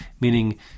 meaning